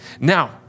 Now